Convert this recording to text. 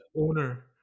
owner